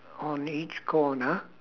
on each corner